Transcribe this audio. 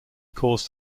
caused